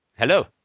Hello